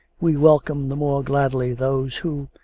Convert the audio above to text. we welcome the more gladly those who,